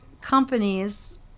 companies